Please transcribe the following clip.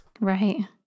Right